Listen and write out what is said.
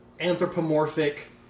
anthropomorphic